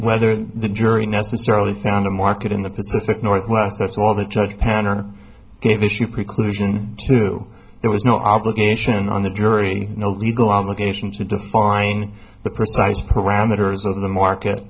whether the jury necessarily found a market in the pacific northwest that's all the judge pattern gave issue preclusion to there was no obligation on the jury no legal obligation to define the precise parameters of the market